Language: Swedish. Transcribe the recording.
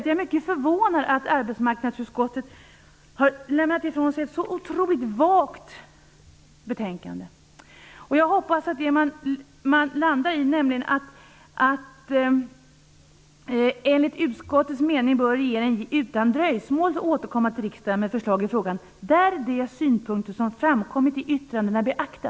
Jag är mycket förvånad över att arbetsmarknadsutskottet har lämnat ifrån sig ett så vagt betänkande. Utskottets slutsats är att regeringen utan dröjsmål bör återkomma till riksdagen med förslag i frågan där de synpunkter som framkommit i yttrandena beaktas.